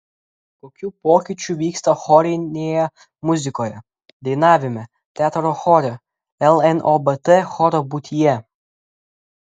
kokių pokyčių vyksta chorinėje muzikoje dainavime teatro chore lnobt choro būtyje